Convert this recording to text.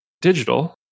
digital